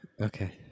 Okay